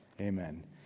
amen